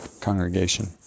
congregation